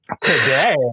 Today